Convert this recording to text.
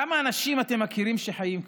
כמה אנשים אתם מכירים שחיים ככה?